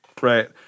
Right